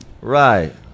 Right